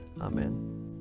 Amen